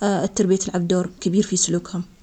يلعبون دور كبير في سلوكه, مهم تعرف شخصية الجلب قبل ما تتعامل معه معاه.